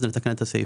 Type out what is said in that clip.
נתקן את הסעיף הזה.